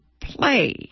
play